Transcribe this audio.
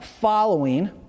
following